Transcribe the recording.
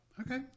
Okay